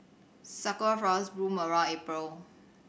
sakura flowers bloom around April